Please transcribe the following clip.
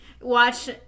Watch